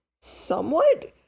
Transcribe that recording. somewhat